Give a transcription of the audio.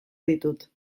ditut